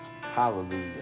Hallelujah